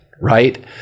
Right